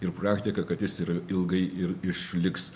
ir praktika kad jis ir ilgai ir išliks